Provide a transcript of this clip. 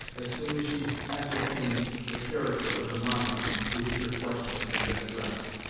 as soon as she ascertained the character of the mind to which her questions had been addressed.